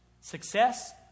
Success